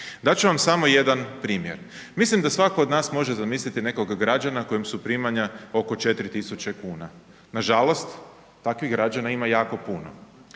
Dat ću vam samo jedan primjer. Mislim da svatko od nas može zamisliti nekog građana kojem su primanja oko 4000 kuna. Nažalost, takvih građana ima jako puno.